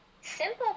simple